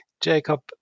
Jacob